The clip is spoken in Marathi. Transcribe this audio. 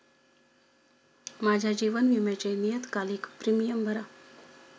माझ्या जीवन विम्याचे नियतकालिक प्रीमियम भरा